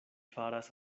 faras